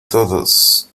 todos